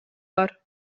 бар